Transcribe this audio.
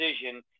decision